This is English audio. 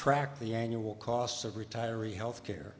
track the annual costs of retiree health care